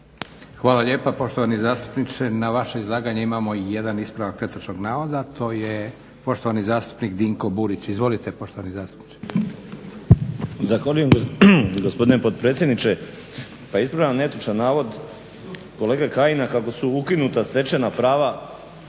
Hvala lijepa poštovani zastupniče. Na vaše izlaganje imamo jedan ispravak netočnog navoda, to je poštovani zastupnik Dinko Burić. Izvolite poštovani zastupniče. **Burić, Dinko (HDSSB)** Zahvaljujem, gospodine potpredsjedniče. Pa ispravljam netočan navod kolege Kajina kako su ukinuta stečena prava